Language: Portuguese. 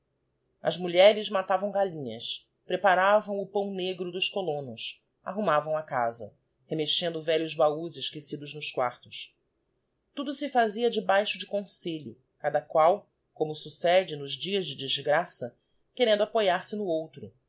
as mulheres matavam gallinhas preparavam o pão negro dos colonos arrumavam a casa remexendo velhos bahús esquecidos nos quartos tudo se fazia debaixo de conselho cada qual como succede nos dias de desgraça querendo apoiar se no outro